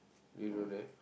do you know that